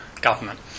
Government